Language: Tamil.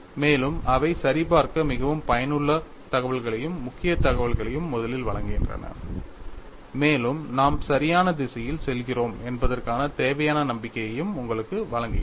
மேலும் அவை சரிபார்க்க மிகவும் பயனுள்ள தகவல்களையும் முக்கிய தகவல்களையும் முதலில் வழங்குகின்றன மேலும் நாம் சரியான திசையில் செல்கிறோம் என்பதற்கான தேவையான நம்பிக்கையையும் உங்களுக்கு வழங்குகின்றன